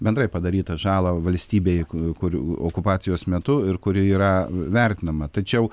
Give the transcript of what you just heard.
bendrai padarytą žalą valstybei kurių okupacijos metu ir kuri yra vertinama tačiau